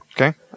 Okay